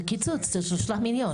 זה קיצוץ של שלושה מיליון.